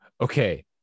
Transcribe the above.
okay